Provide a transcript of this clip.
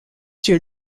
sur